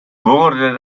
wurde